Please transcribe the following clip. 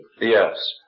Yes